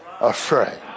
afraid